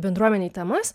bendruomenei temas